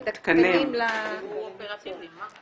צריך להכין תוכנית.